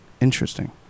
Interesting